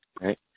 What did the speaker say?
right